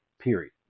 period